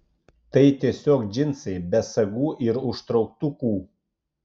tai tiesiog džinsai be sagų ir užtrauktukų